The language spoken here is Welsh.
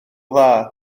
dda